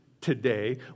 today